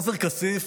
עופר כסיף,